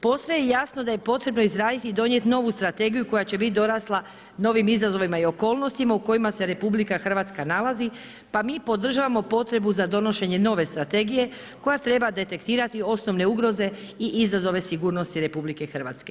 Posve je jasno da je potrebno izraditi i donijeti novu strategiju koja će biti dorasla novim izazovima i okolnostima u kojima se RH nalazi pa mi podržavamo potrebu za donošenje nove strategije koja treba detektirati osnovne ugroze i izazove sigurnosti RH.